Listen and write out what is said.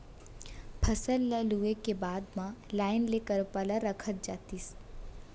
फसल ल लूए के बाद म लाइन ले करपा ल रखत जातिस